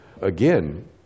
again